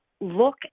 look